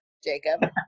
jacob